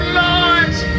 lords